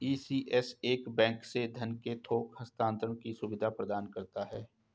ECS एक bank से धन के थोक हस्तांतरण की सुविधा प्रदान करता है